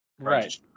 Right